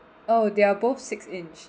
oh they are both six inch